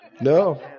No